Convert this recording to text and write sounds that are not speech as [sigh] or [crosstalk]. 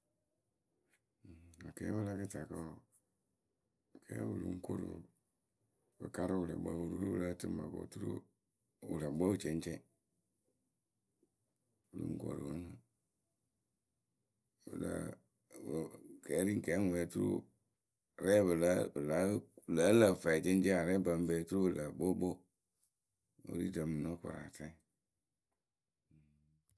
kɛɛpǝ we la kɨtakǝ, [unintelligible] [unintelligible] [hesitation] kɛɛ ri ŋ kɛɛ ŋwe oturu. rɛɛ pɨ lǝ pɨ lǝ pǝ lǝ́ǝ lǝ fɛɛceŋceŋ arɛɛpǝ ŋpe oturu pɨ lǝ kpookpoo, [unintelligible]